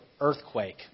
earthquake